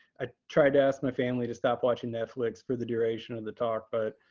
i tried to ask my family to stop watching netflix for the duration of the talk, but